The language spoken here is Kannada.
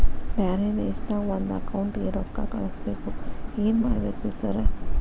ಬ್ಯಾರೆ ದೇಶದಾಗ ಒಂದ್ ಅಕೌಂಟ್ ಗೆ ರೊಕ್ಕಾ ಕಳ್ಸ್ ಬೇಕು ಏನ್ ಮಾಡ್ಬೇಕ್ರಿ ಸರ್?